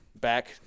back